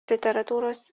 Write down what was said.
literatūros